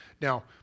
Now